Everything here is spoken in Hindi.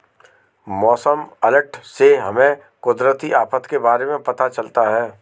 मौसम अलर्ट से हमें कुदरती आफत के बारे में पता चलता है